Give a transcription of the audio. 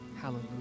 Hallelujah